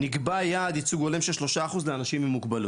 נקבע יעד ייצוג הולם של שלושה אחוז לאנשים עם מוגבלות.